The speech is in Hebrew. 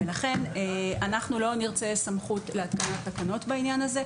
ולכן אנחנו לא נרצה סמכות להתקנת תקנות בעניין הזה.